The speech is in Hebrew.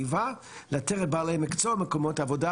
אני רוצה להתייחס לכמה דברים לסיכום בעקבות הדיון החשוב הזה.